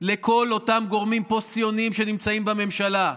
לכל אותם גורמים פוסט-ציוניים שנמצאים בממשלה.